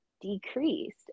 decreased